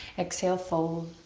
exhale, fold.